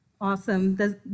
Awesome